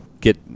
get